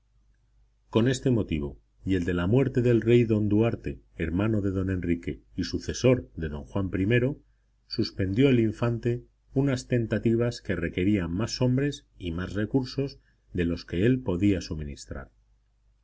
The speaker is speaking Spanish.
con este motivo y el de la muerte del rey don duarte hermano de don enrique y sucesor de don juan i suspendió el infante unas tentativas que requerían más hombres y más recursos de los que él podía suministrar